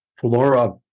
flora